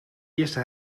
eerste